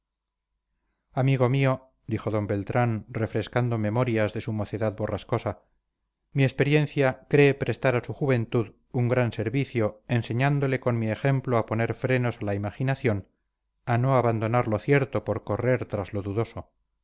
amigo mío dijo d beltrán refrescando memorias de su mocedad borrascosa mi experiencia cree prestar a su juventud un gran servicio enseñándole con mi ejemplo a poner frenos a la imaginación a no abandonar lo cierto por correr tras lo dudoso